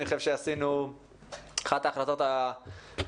אני חושב שעשינו את אחת ההחלטות היותר